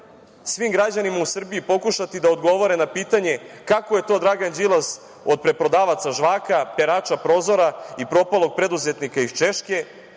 svim građanima u Srbiji pokušati da odgovore na pitanje kako je to Dragan Đilas od preprodavaca žvaka, perača prozora i propalog preduzetnika iz Češke